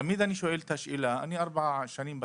תמיד אני שואל את השאלה, אני ארבע שנים בתפקיד,